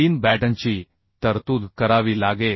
3 बॅटनची तरतूद करावी लागेल